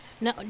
No